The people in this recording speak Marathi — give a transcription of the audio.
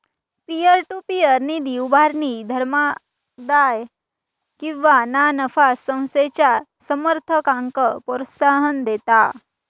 पीअर टू पीअर निधी उभारणी धर्मादाय किंवा ना नफा संस्थेच्या समर्थकांक प्रोत्साहन देता